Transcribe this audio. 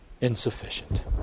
insufficient